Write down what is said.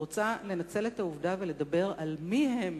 אני רוצה לנצל את העובדה ולדבר על מי הם